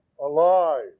alive